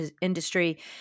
industry